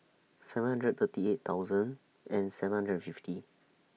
seven hundred thirty eight thousand and seven hundred fifty